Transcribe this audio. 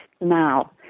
now